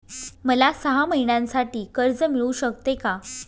मला सहा महिन्यांसाठी कर्ज मिळू शकते का?